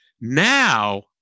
Now